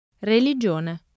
Religione